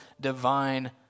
divine